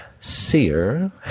Seer